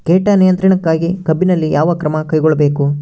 ಕೇಟ ನಿಯಂತ್ರಣಕ್ಕಾಗಿ ಕಬ್ಬಿನಲ್ಲಿ ಯಾವ ಕ್ರಮ ಕೈಗೊಳ್ಳಬೇಕು?